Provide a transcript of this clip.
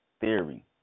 theory